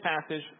passage